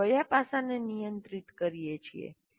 આપણે કયા પાસાને નિયંત્રિત કરીએ છીએ